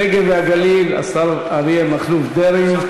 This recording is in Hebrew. הנגב והגליל, השר אריה מכלוף דרעי.